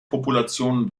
populationen